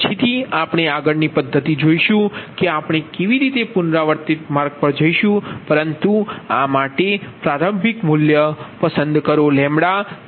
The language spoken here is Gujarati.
પછીથી આપણે આગળની પદ્ધતિ જોશું કે આપણે કેવી રીતે પુનરાવર્તિત માર્ગ પર જઈશું પરંતુ આ માટે પ્રારંભિક મૂલ્ય પસંદ કરો તે ICICo છે